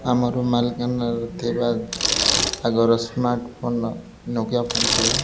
ଆମର ମାଲକାନରେ ଥିବା ଆଗର ସ୍ମାର୍ଟ ଫୋନ ନୋକିଆ ଫୋନ ଥିଲା